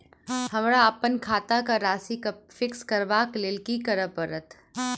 हमरा अप्पन खाता केँ राशि कऽ फिक्स करबाक लेल की करऽ पड़त?